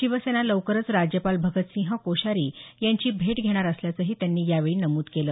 शिवसेना लवकरच राज्यपाल भगतसिंह कोश्यारी यांची भेट घेणार असल्याचंही त्यांनी यावेळी नमुद केलं